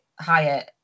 higher